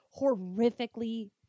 horrifically